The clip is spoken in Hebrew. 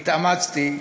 התאמצתי,